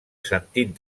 sentit